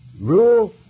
Rule